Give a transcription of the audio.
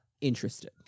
interested